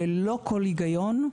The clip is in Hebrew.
ללא כל היגיון,